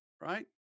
Right